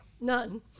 None